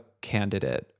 candidate